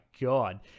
God